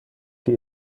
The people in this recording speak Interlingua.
que